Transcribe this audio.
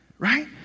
Right